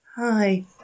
Hi